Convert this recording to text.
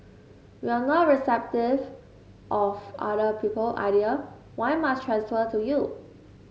you are not receptive of other people idea why must transfer to you